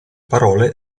parole